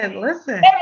listen